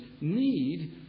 need